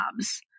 jobs